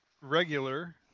regular